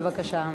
בבקשה.